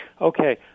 Okay